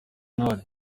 umva